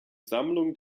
sammlung